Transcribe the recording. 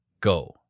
Go